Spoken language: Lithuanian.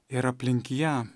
ir aplink ją